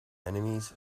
enemies